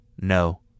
no